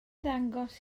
dangos